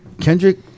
Kendrick